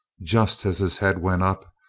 just as his head went up,